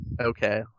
Okay